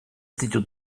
ditut